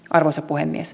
arvoisa puhemies